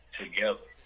together